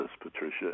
Patricia